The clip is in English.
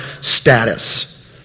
status